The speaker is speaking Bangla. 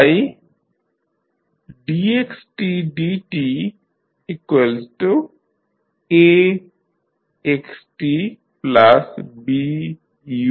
তাই dxdtAxtBut